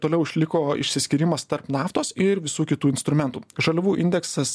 toliau išliko išsiskyrimas tarp naftos ir visų kitų instrumentų žaliavų indeksas